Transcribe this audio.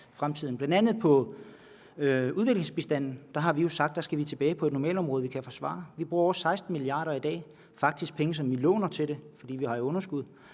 Bl.a. på udviklingsbistanden har vi jo sagt, at vi skal tilbage på et niveau, vi kan forsvare. Vi bruger over 16 mia. kr. i dag, faktisk penge, som vi låner til det, fordi vi har et underskud.